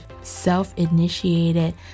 Self-Initiated